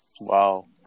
Wow